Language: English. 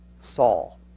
Saul